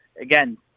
Again